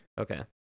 Okay